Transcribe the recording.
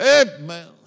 Amen